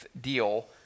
deal